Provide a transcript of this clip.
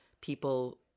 people